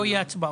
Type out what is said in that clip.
לא יהיה הצבעות.